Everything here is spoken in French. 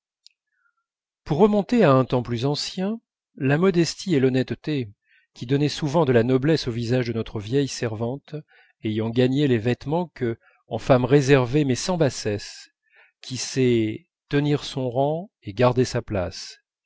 pour remonter à un temps plus ancien la modestie et l'honnêteté qui donnaient souvent de la noblesse au visage de notre vieille servante ayant gagné les vêtements que en femme réservée mais sans bassesse qui sait tenir son rang et garder sa place